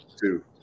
two